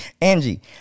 Angie